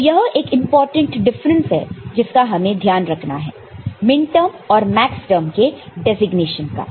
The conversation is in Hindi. तो यह एक इंपॉर्टेंट डिफरेंस है जिसका हमें ध्यान रखना है मिनटर्म और मैक्सटर्म के डेसिग्नेशन का